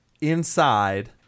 inside